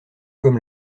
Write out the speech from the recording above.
comme